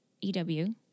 EW